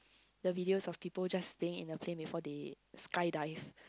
the video of people just being in the plane before they skydive